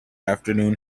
afternoon